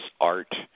art